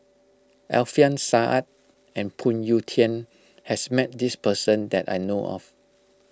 Alfian Sa'At and Phoon Yew Tien has met this person that I know of